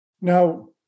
Now